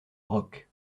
rock